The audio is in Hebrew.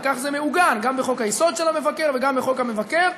וכך זה מעוגן גם בחוק-היסוד של המבקר וגם בחוק המבקר,